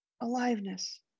aliveness